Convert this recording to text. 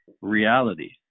reality